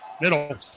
Middle